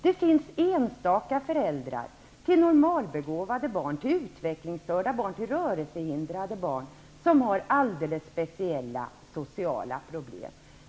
Det finns enstaka föräldrar till normalbegåvade barn, till utvecklingsstörda barn och till rörelsehindrade barn som har alldeles speciella sociala problem.